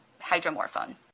hydromorphone